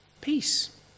peace